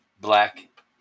black